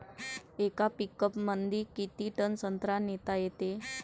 येका पिकअपमंदी किती टन संत्रा नेता येते?